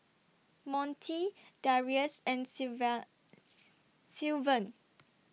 Monte Darius and Sylvan